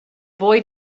boy